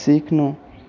सिक्नु